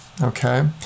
Okay